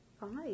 Five